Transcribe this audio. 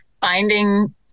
finding